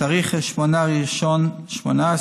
בתאריך 8 בינואר 2018,